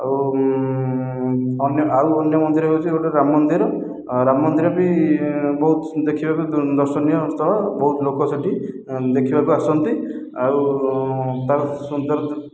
ଆଉ ଅନ୍ୟ ଆଉ ଅନ୍ୟ ମନ୍ଦିର ହେଉଛି ଗୋଟିଏ ରାମମନ୍ଦିର ରାମମନ୍ଦିର ବି ବହୁତ ଦେଖିବାକୁ ଦର୍ଶନୀୟ ସ୍ଥଳ ବହୁତ ଲୋକ ସେଠି ଦେଖିବାକୁ ଆସନ୍ତି ଆଉ ତାର ସୌନ୍ଦର୍ଯ୍ୟ